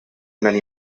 many